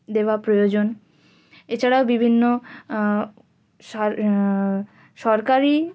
দেওয়া প্রয়োজন এছাড়াও বিভিন্ন সর সরকারি